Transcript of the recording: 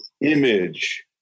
image